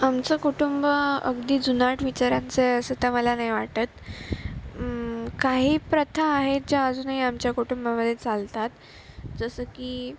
आमचं कुटुंब अगदी जुनाट विचारांचं आहे असं तर मला नाही वाटत काही प्रथा आहेत ज्या अजूनही आमच्या कुटुंबामध्ये चालतात जसं की